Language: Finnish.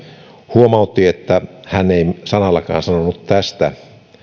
huomautti että hän ei sanallakaan sanonut tästä